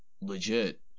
legit